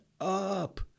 up